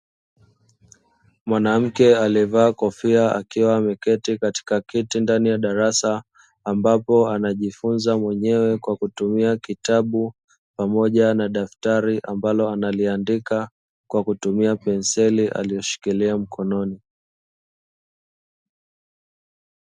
Mwanamke aliyevaa kofia akiwa ameketi Katika kiti ndani ya darasa. Ambapo anajifunza mwenyewe kwa kutumia kitabu pamoja na daftari ambalo analiandika kwa kutumia penseli aliyoishikilia mkononi.